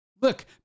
Look